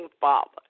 Father